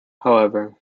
however